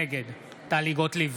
נגד טלי גוטליב,